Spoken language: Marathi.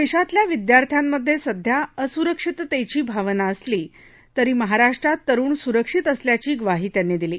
देशातल्या विद्यार्थ्यांमधे सध्या असुरक्षिततेची भावना असली तरी महाराष्ट्रात तरूण सुरक्षित असल्याची ग्वाही त्यांनी दिली